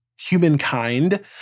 humankind